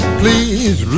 please